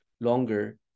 longer